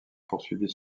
poursuivi